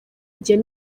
igihe